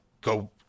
go